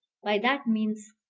by that means.